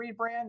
rebrand